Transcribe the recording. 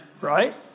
Right